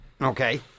Okay